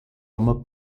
uma